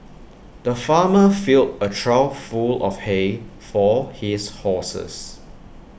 the farmer filled A trough full of hay for his horses